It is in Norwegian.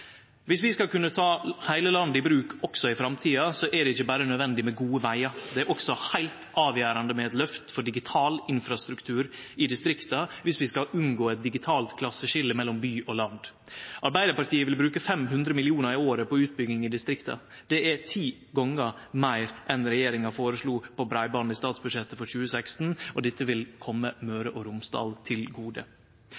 Viss vi skal kunne ta heile landet i bruk også i framtida, er det ikkje berre nødvendig med gode vegar, det er også heilt avgjerande med eit løft for digital infrastruktur i distrikta viss vi skal unngå eit digitalt klasseskilje mellom by og land. Arbeidarpartiet vil bruke 500 mill. kr i året på utbygging i distrikta. Det er ti gonger meir enn det regjeringa føreslo til breiband i statsbudsjettet for 2016. Dette vil